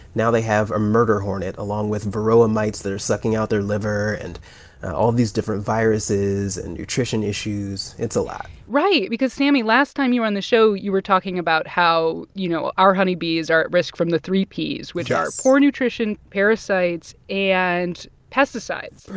now they have a murder hornet along with varroa mites that are sucking out their liver and all these different viruses and nutrition issues. it's a lot right because, sammy, last time you were on the show, you were talking about how you know our honey bees are at risk from the three p's, which are poor nutrition, parasites and pesticides.